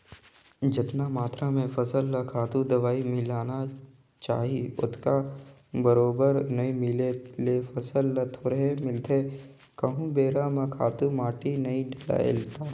जेतना मातरा में फसल ल खातू, दवई मिलना चाही ओतका बरोबर नइ मिले ले फसल ल थोरहें मिलथे कहूं बेरा म खातू माटी नइ डलय ता